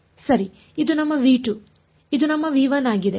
ಸರಿ ಇದು ನಮ್ಮ ಇದು ನಮ್ಮ ಆಗಿದೆ